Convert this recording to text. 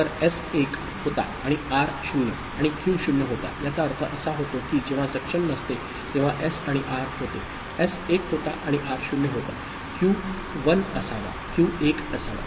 तर एस 1 होता आणि आर 0 आणि क्यू 0 होता याचा अर्थ असा होतो की जेव्हा सक्षम नसते तेव्हा एस आणि आर होते एस 1 होता आणि आर 0 होता क्यू 1 असावा